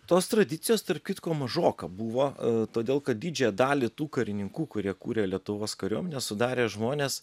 tos tradicijos tarp kitko mažoka buvo todėl kad didžiąją dalį tų karininkų kurie kūrė lietuvos kariuomenę sudarė žmonės